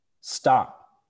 stop